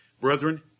Brethren